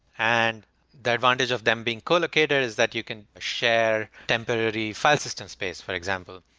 and the advantage of them being collocated is that you can share temporary file system space for example.